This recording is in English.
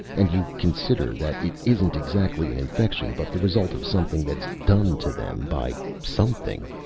and you consider that it isn't exactly an infection but the result of something that's done to them by something.